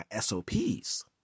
SOPs